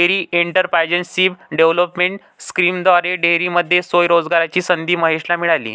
dairy entrepreneurship development स्कीमद्वारे डेअरीमध्ये स्वयं रोजगाराची संधी महेशला मिळाली